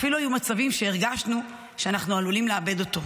אפילו היו מצבים שהרגשנו שאנחנו עלולים לאבד אותו.